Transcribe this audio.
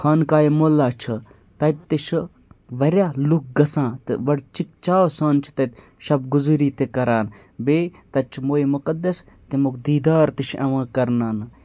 خانقاہِ معلیٰ چھُ تَتہِ تہِ چھُ واریاہ لُکھ گَژھان تہٕ بَڑٕ چِکچاو سان چھِ تَتہِ شَب گُزٲری تہِ کَران بیٚیہِ تَتہِ چھِ مویہِ مُقدَس تَمیُک دیٖدار تہِ چھِ یِوان کَرناونہٕ